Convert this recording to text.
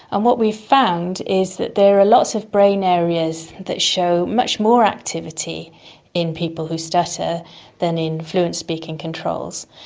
and what we found is that there are lots of brain areas that show much more activity in people who stutter than in fluent speaking controls.